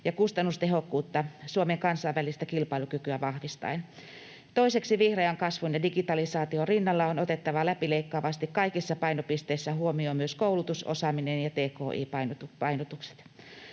ja kustannustehokkuutta Suomen kansainvälistä kilpailukykyä vahvistaen. Toiseksi vihreän kasvun ja digitalisaation rinnalla on otettava läpileikkaavasti kaikissa painopisteissä huomioon myös koulutus, osaaminen ja tki-painotukset.